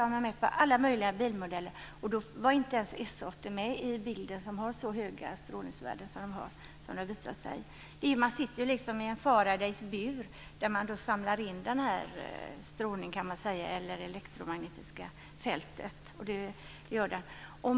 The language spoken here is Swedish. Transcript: Man har mätt i alla möjliga bilmodeller, och det var innan S80 med sina höga strålningsvärden fanns med i bilden. Man sitter liksom i en Faradays bur och samlar in den här strålningen, det elektromagnetiska fältet.